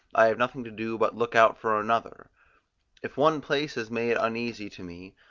i have nothing to do but look out for another if one place is made uneasy to me,